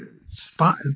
spot